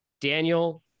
Daniel